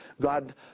God